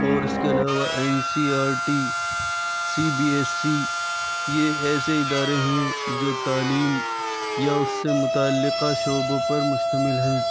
اور اِس کے علاوہ N C R T C B S C یہ ایسے ادارے ہیں جو تعلیم یا اُس سے متعلقہ شعبوں پر مشتمل ہیں